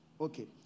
Okay